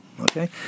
okay